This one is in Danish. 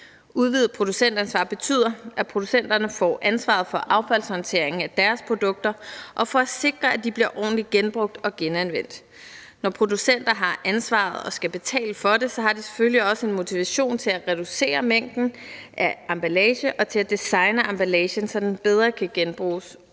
Udvidet producentansvar betyder, at producenterne får ansvaret for affaldshåndteringen af deres produkter og for at sikre, at de bliver ordentligt genbrugt og genanvendt. Når producenter har ansvaret og skal betale for det, har de selvfølgelig også en motivation til at reducere mængden af emballage og til at designe emballagen, så den bedre kan genbruges